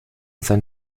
sein